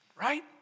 right